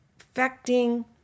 affecting